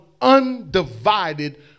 undivided